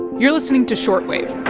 you're listening to short wave.